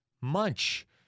Munch